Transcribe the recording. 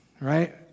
Right